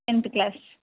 tenth class